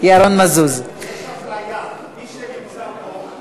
בבקשה להוסיף את עמר בר-לב כתומך,